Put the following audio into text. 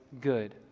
good